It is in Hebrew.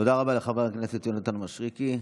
תודה רבה לחבר הכנסת יונתן מישרקי.